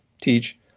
teach